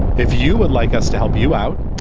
if you would like us to help you out.